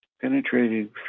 penetrating